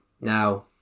Now